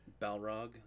Balrog